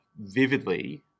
vividly